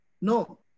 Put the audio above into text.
No